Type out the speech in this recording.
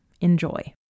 Enjoy